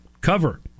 cover